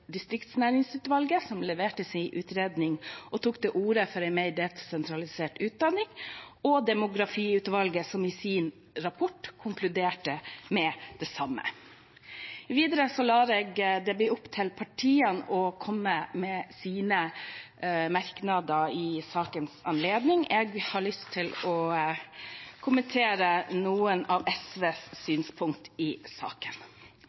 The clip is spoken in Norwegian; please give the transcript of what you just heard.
distriktsnæringsutvalget, som leverte sin utredning og tok til orde for en mer desentralisert utdanning, og demografiutvalget, som i sin rapport konkluderte med det samme. Videre lar jeg det bli opp til partiene å komme med sine merknader i sakens anledning. Jeg har lyst til å kommentere noen av SVs synspunkter i saken.